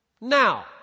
now